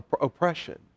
oppression